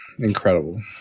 incredible